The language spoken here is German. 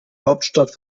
hauptstadt